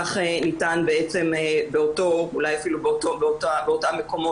כך ניתן בעצם אולי אפילו באותם מקומות